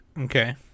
Okay